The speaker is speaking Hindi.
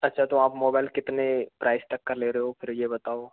अच्छा तो आप मोबाइल कितने प्राइज़ तक का ले रहे हो फिर ये बताओ